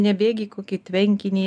nebėgi į kokį tvenkinį